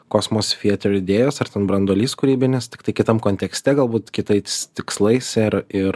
kosmos theatre idėjos ar ten branduolys kūrybinis tiktai kitam kontekste galbūt kitais tikslais ir ir